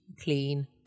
clean